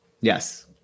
Yes